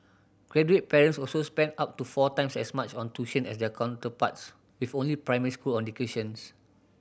graduate parents also spent up to four times as much on tuition as their counterparts with only primary school education